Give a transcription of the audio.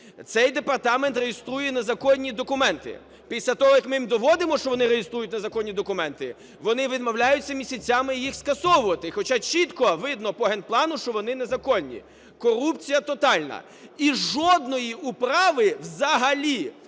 Цей департамент реєструє незаконні документи. Після того, як ми їм доводимо, що вони реєструють незаконні документи, вони відмовляються місяцями їх скасовувати, хоча чітко видно по генплану, що вони незаконні. Корупція тотальна! І жодної управи взагалі